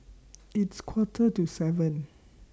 its Quarter to seven